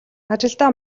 ажилдаа